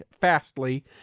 fastly